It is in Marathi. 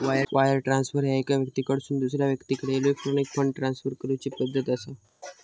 वायर ट्रान्सफर ह्या एका व्यक्तीकडसून दुसरा व्यक्तीकडे इलेक्ट्रॉनिक फंड ट्रान्सफर करूची पद्धत असा